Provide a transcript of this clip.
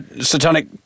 satanic